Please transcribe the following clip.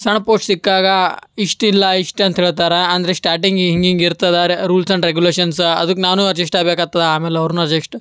ಸಣ್ಣ ಪೋಸ್ಟ್ ಸಿಕ್ಕಾಗ ಇಷ್ಟಿಲ್ಲ ಇಷ್ಟು ಅಂತ ಹೇಳ್ತಾರೆ ಅಂದರೆ ಸ್ಟಾರ್ಟಿಂಗಿ ಹಿಂಗಿಂಗೆ ಇರ್ತದೆ ರೂಲ್ಸ್ ಆ್ಯಂಡ್ ರೇಗ್ಯುಲೇಶನ್ಸ ಅದಕ್ಕೆ ನಾನು ಅಜ್ಜೆಶ್ಟ್ ಆಗ್ಬೇಕಾಗ್ತದ ಆಮೇಲೆ ಅವ್ರೂ ಅಜೆಶ್ಟ್